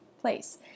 place